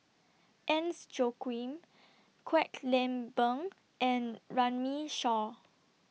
Agnes Joaquim Kwek Leng Beng and Runme Shaw